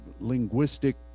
linguistic